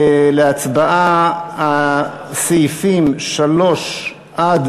להצבעה על סעיפים 3 13 ועד